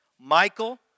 Michael